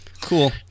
Cool